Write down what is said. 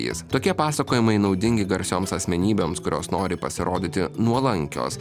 jis tokie pasakojimai naudingi garsioms asmenybėms kurios nori pasirodyti nuolankios